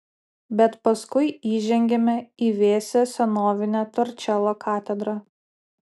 bet paskui įžengiame į vėsią senovinę torčelo katedrą